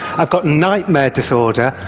i've got nightmare disorder,